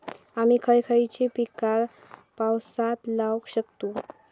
आम्ही खयची खयची पीका पावसात लावक शकतु?